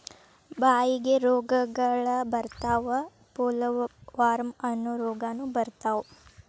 ಬಾಯಿಗೆ ರೋಗಗಳ ಬರತಾವ ಪೋಲವಾರ್ಮ ಅನ್ನು ರೋಗಾನು ಬರತಾವ